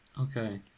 Okay